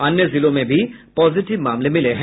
अन्य जिलों में भी पॉजिटिव मामले मिले हैं